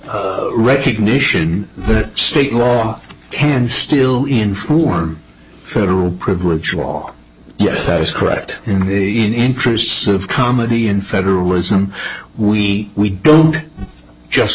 recognition that state law can still inform federal privilege law yes that is correct in the interests of comedy in federalism we we don't just